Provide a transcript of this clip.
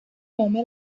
come